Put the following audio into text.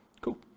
Cool